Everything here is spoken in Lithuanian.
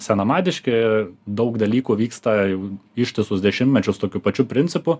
senamadiški daug dalykų vyksta jau ištisus dešimtmečius tokiu pačiu principu